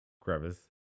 crevice